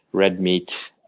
red meat,